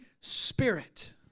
Spirit